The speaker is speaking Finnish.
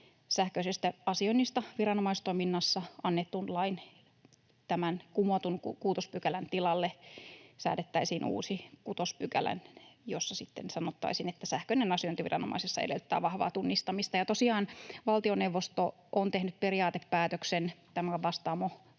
sähköisestä asioinnista viranomaistoiminnassa annetun lain kumotun 6 §:n tilalle säädettäisiin uusi 6 §, jossa sitten sanottaisiin, että sähköinen asiointi viranomaisessa edellyttää vahvaa tunnistamista. Tosiaan valtioneuvosto on tehnyt periaatepäätöksen tämän